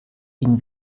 ihn